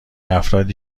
افرادی